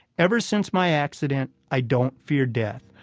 ever since my accident, i don't fear death.